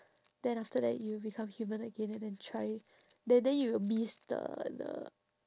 then after that you become human again and then try then then you will miss the the